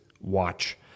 watch